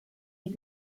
die